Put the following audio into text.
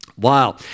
Wow